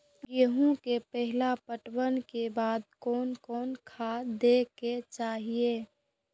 गेहूं के पहला पटवन के बाद कोन कौन खाद दे के चाहिए?